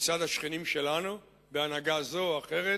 מצד השכנים שלנו, בהנהגה זו או אחרת,